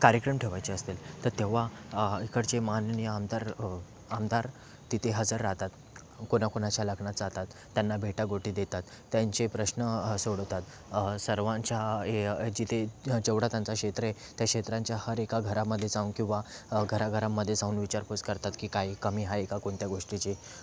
कार्यक्रम ठेवायचे असतील तर तेव्हा इकडचे माननीय आमदार आमदार तिथे हजर राहतात कोणाकोणाच्या लग्नात जातात त्यांना भेटागोटी देतात त्यांचे प्रश्न सोडवतात सर्वांच्या ए ह्याची ते जेवढा त्यांचा क्षेत्र आहे त्या क्षेत्रांचा हर एका घरामध्ये जाऊन किंवा घराघरामध्ये जाऊन विचारपूस करतात की काही कमी आहे का कोणत्या गोष्टीची